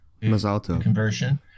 conversion